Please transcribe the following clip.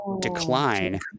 decline